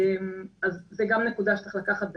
אז זאת גם נקודה שצריך לקחת בחשבון.